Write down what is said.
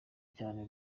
cyane